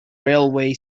railway